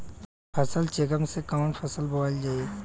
फसल चेकं से कवन फसल बोवल जाई?